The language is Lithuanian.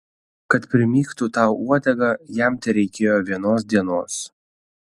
kad primygtų tau uodegą jam tereikėjo vienos dienos